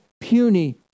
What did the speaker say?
puny